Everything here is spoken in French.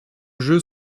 jeu